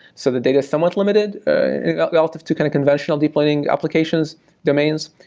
so the data is somewhat limited relative to kind of conventional deep learning application domains.